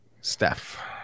Steph